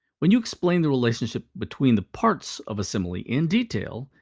when you explain the relationship between the parts of a simile in detail,